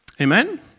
Amen